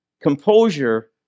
Composure